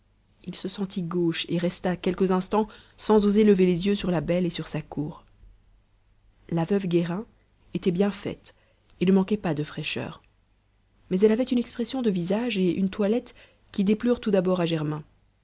il se sentit gauche et resta quelques instants sans oser lever les yeux sur la belle et sur sa cour la veuve guérin était bien faite et ne manquait pas de fraîcheur mais elle avait une expression de visage et une toilette qui déplurent tout d'abord à germain